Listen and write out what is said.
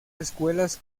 escuelas